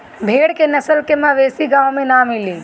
भेड़ के नस्ल के मवेशी गाँव में ना मिली